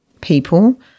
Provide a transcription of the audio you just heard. people